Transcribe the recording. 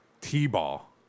T-ball